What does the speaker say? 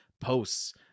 posts